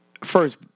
first